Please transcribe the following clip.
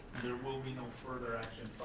there will be no further action